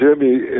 Jimmy